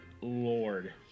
Lord